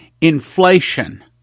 inflation